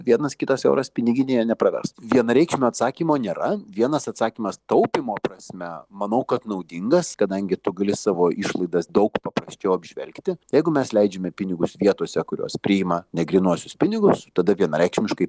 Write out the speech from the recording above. vienas kitas euras piniginėje nepravers vienareikšmio atsakymo nėra vienas atsakymas taupymo prasme manau kad naudingas kadangi tu gali savo išlaidas daug paprasčiau apžvelgti jeigu mes leidžiame pinigus vietose kurios priima negrynuosius pinigus tada vienareikšmiškai